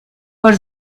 por